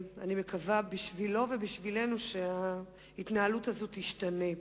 אני מקווה בשבילו ובשבילנו שההתנהלות הזאת תשתנה.